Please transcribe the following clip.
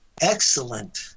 excellent